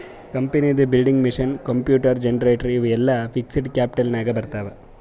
ಕಂಪನಿದು building, machine, computer, generator ಇವು ಎಲ್ಲಾ ಫಿಕ್ಸಡ್ ಕ್ಯಾಪಿಟಲ್ ನಾಗ್ ಬರ್ತಾವ್